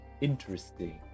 Interesting